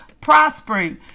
prospering